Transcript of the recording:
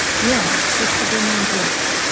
yeah, sister gwendolyn brooks.